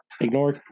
Ignore